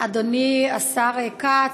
אדוני השר כץ,